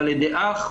אח,